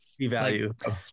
devalue